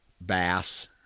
bass